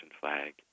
flag